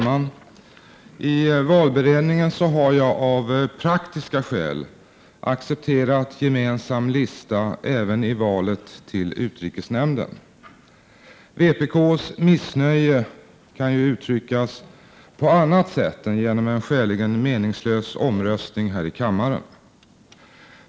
Herr talman! I valberedningen har jag av praktiska skäl accepterat gemensam lista även i valet till utrikesnämnden. Vpk:s missnöje kan ju uttryckas på annat sätt än genom en skäligen meningslös omröstning här i kammaren.